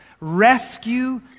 rescue